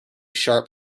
sharp